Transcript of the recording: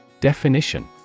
Definition